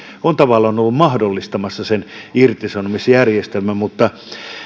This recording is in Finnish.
on tavallaan ollut mahdollistamassa sen irtisanomisjärjestelmän mutta